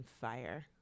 fire